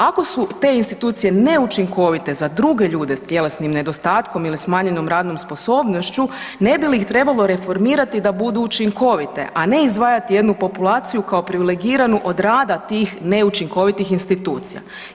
Ako su te institucije neučinkovite za druge ljude s tjelesnim nedostatkom ili smanjenom radnom sposobnošću, ne bi li ih trebalo reformirati da budu učinkovite a ne izdvajati jednu populaciju kao privilegiranu od rada tih neučinkovitih institucija?